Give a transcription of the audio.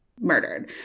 murdered